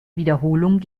wiederholung